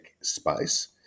space